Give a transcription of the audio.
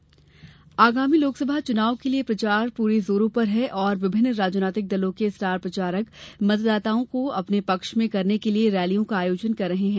चुनाव प्रचार आगामी लोकसभा चुनाव के लिए प्रचार पूरे जोरों पर है और विभिन्न राजनीतिक दलों के स्टार प्रचारक मतदाताओं को अपने पक्ष में करने के लिए रैलियों का आयोजन कर रहे हैं